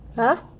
!huh!